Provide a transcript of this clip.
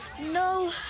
No